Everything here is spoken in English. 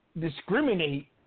discriminate